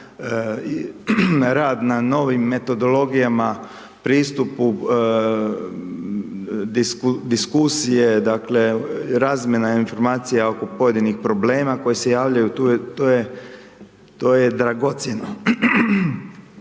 rad na novim metodologijama, pristupu, diskusije, dakle, razmjena informacija oko pojedinih problema koji se javljaju, to je dragocjeno.